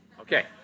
Okay